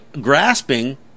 grasping